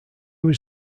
was